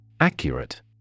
Accurate